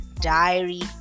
Diary